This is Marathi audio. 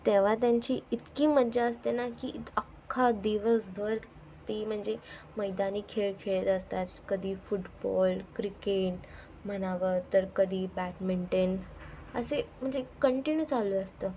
तेव्हा त्यांची इतकी मज्जा असते ना की इत अख्खा दिवसभर ती म्हणजे मैदानी खेळ खेळत असतात कधी फुटबॉल क्रिकेट म्हणावं तर कधी बॅडमिंटेन असे म्हणजे कंटिन्यू चालू असतं